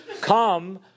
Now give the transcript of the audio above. come